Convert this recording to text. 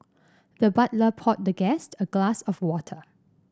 the butler poured the guest a glass of water